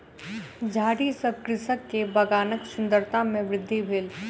झाड़ी सॅ कृषक के बगानक सुंदरता में वृद्धि भेल